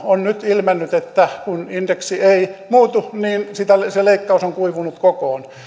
on nyt ilmennyt että kun indeksi ei muutu niin se leikkaus on kuivunut kokoon